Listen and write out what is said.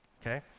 Okay